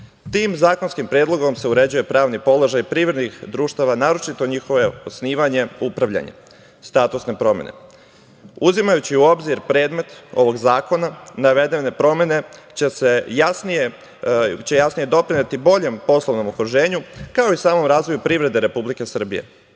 Tim zakonskim predlogom se uređuje pravni položaj privrednih društava, naročito njihovo osnivanje, upravljanje, statusne promene. Uzimajući u obzir predmet ovog zakona, navedene promene će jasnije doprineti boljem poslovnom okruženju, kao i samom razvoju privrede Republike